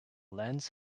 lends